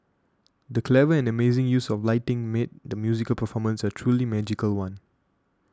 the clever and amazing use of lighting made the musical performance a truly magical one